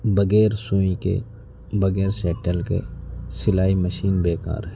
بغیر سوئی کے بغیر شیٹل کے سلائی مشین بےکار ہے